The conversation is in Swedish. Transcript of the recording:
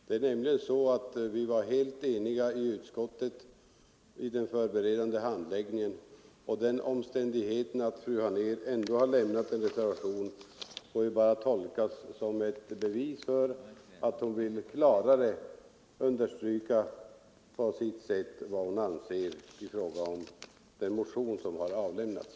Vi var nämligen vid den förberedande handläggningen i utskottet helt eniga, och den omständigheten att fru Anér ändå har lämnat en reservation får tolkas enbart som ett tecken på att hon på sitt sätt ville klarare understryka vad hon anser om den motion som väckts.